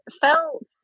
felt